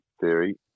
theory